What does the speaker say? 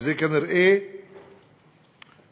וזו כנראה המטרה,